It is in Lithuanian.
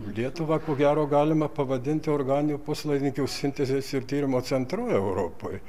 lietuvą ko gero galima pavadinti organinių puslaidininkių sintezės ir tyrimo centru europoj